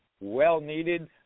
well-needed